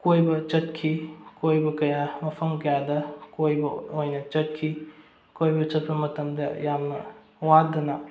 ꯀꯣꯏꯕ ꯆꯠꯈꯤ ꯀꯣꯏꯕ ꯀꯌꯥ ꯃꯐꯝ ꯀꯌꯥꯗ ꯀꯣꯏꯕ ꯑꯣꯏꯅ ꯆꯠꯈꯤ ꯀꯣꯏꯕ ꯆꯠꯄ ꯃꯇꯝꯗ ꯌꯥꯝꯅ ꯋꯥꯗꯅ